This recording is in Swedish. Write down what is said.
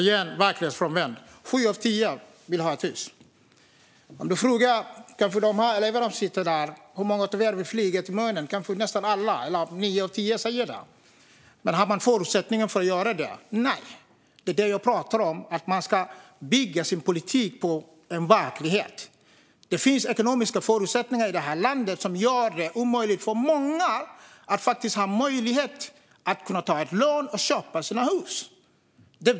Fru talman! Återigen verklighetsfrånvänt. Sju av tio vill ha ett hus. Jag kan fråga eleverna som sitter på läktaren nu hur många av dem som vill flyga till månen. Kanske alla, eller nio av tio, säger att de vill det. Men har de förutsättningarna att göra det? Nej. Det är det jag pratar om - att man ska bygga sin politik på en verklighet. Det finns ekonomiska förutsättningar i det här landet som gör det omöjligt för många att ta ett lån och köpa ett hus.